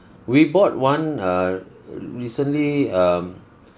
we bought one err recently um